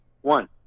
One